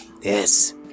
Yes